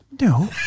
No